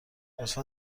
لطفا